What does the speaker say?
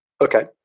Okay